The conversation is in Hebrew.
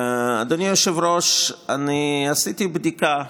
אדוני היושב-ראש, אני עשיתי בדיקה.